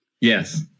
Yes